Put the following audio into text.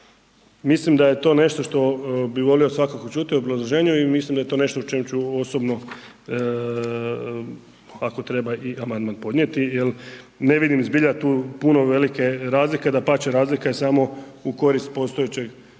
Mislim da je to nešto što bi volio svakako čuti u obrazloženju i mislim da je to nešto o čemu ću osobno ako treba i amandman podnijeti jel ne vidim zbilja tu puno velike razlike, dapače, razlika je samo u korist postojeće